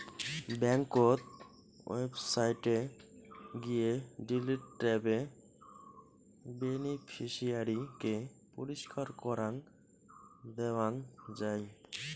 ব্যাংকোত ওয়েবসাইটে গিয়ে ডিলিট ট্যাবে বেনিফিশিয়ারি কে পরিষ্কার করাং দেওয়াং যাই